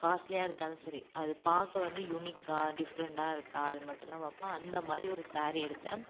காஸ்ட்லியாக எடுத்தாலும் சரி அது பார்க்க வந்து யுனிக்காக டிஃப்ரெண்டாக இருக்கா அது மட்டுந்தான் பார்ப்பேன் அந்த மாதிரி ஒரு சாரீ எடுத்தேன்